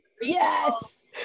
Yes